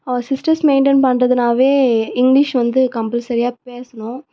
sisters maintain பண்ணுறதுனாவே English வந்து கம்பல்சரியா பேசணும்